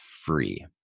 FREE